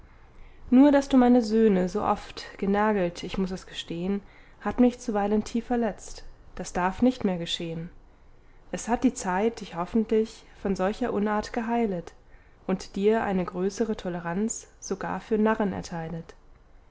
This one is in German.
nur daß du meine söhne so oft genergelt ich muß es gestehen hat mich zuweilen tief verletzt das darf nicht mehr geschehen es hat die zeit dich hoffentlich von solcher unart geheilet und dir eine größere toleranz sogar für narren erteilet